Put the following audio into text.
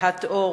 כהת עור,